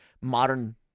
modern